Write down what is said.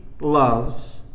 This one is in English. loves